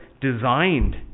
designed